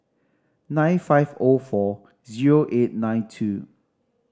nine five O four zero eight nine two